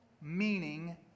meaning